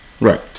Right